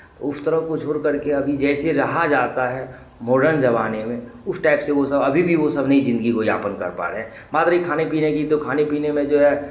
तो उस तरह को छोड़ कर के अभी जैसे रहा जाता है मॉडर्न ज़माने में उस टाइप से वो सब अभी भी वो सब नई ज़िंदगी को यापन कर पा रहे हैं मात्र ये खाने पीने की तो खाने पीने में जो है